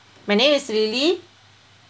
my name is lily